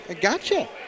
gotcha